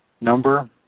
number